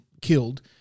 killed